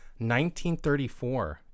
1934